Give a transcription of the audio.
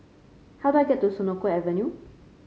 how do I get to Senoko Avenue